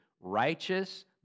righteous